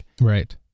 right